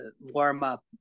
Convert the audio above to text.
warm-up